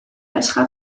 passera